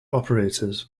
operators